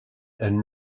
and